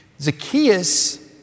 Zacchaeus